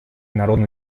народно